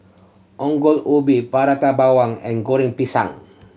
Ongol Ubi Prata Bawang and Goreng Pisang